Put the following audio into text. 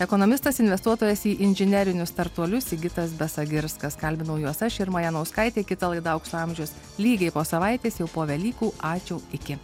ekonomistas investuotojas į inžinerinius startuolius sigitas besagirskas kalbinau juos aš irma janauskaitė kita laida aukso amžius lygiai po savaitės jau po velykų ačiū iki